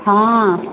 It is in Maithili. हँ